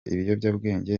ibiyobyabwenge